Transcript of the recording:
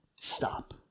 stop